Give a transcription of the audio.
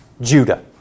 Judah